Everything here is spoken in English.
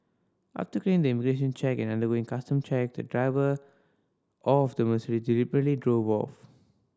after clearing the immigration check and undergoing custom check the driver of the deliberately drove off